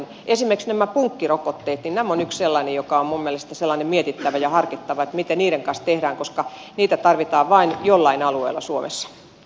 esimerkiksi nämä punkkirokotteet ovat yksi sellainen joka on minun mielestäni sellainen mietittävä ja harkittava miten niiden kanssa tehdään koska niitä tarvitaan vain jollain alueella suomessa